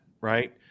right